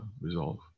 resolve